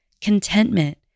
contentment